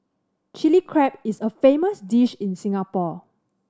Chilli Crab is a famous dish in Singapore